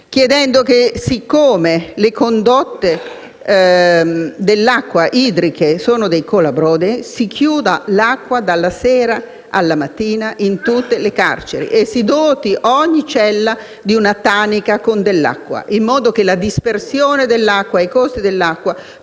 momento che siccome le condotte idriche sono dei colabrodi, di chiudere l'acqua dalla sera alla mattina in tutte le carceri e di dotare ogni cella di una tanica con dell'acqua, in modo che la dispersione della stessa e i relativi